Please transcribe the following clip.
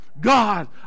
God